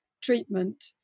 treatment